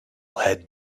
had